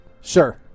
Sure